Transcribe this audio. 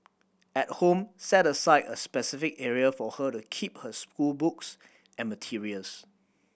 at home set aside a specific area for her to keep her schoolbooks and materials